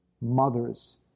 mothers